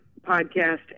podcast